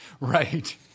Right